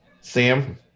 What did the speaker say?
sam